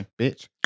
Bitch